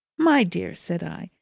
my dear, said i,